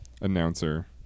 announcer